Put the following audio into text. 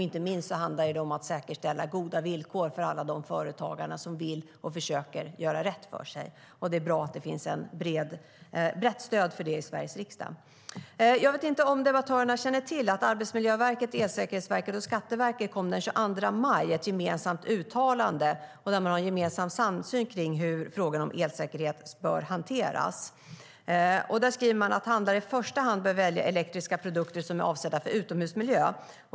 Inte minst handlar det om att säkerställa goda villkor för alla företagare som vill och försöker göra rätt för sig. Det är bra att det finns ett brett stöd för det i Sveriges riksdag. Jag vet inte om debattörerna känner till att Arbetsmiljöverket, Elsäkerhetsverket och Skatteverket den 22 maj kom med ett gemensamt uttalande där de har en samsyn kring hur frågan om elsäkerhet bör hanteras. Där skriver de att handlare i första hand bör välja elektriska produkter som är avsedda för utomhusmiljö.